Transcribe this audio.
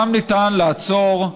שם ניתן לעצור,